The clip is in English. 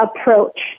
approach